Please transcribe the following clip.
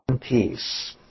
peace